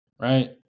right